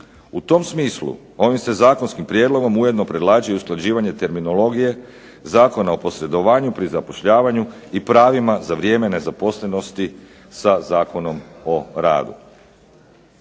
U tom smislu ovim se zakonskim prijedlogom ujedno predlaže usklađivanje terminologije Zakon o posredovanju pri zapošljavanju i pravima za vrijeme nezaposlenosti sa Zakonom o radu.